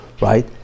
Right